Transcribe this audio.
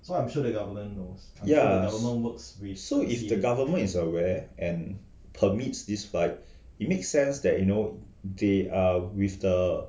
ya so if the government is aware and permits this flight it makes sense that you know they are with the